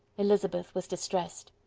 elizabeth was distressed.